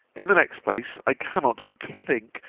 in the next place, i cannot but think,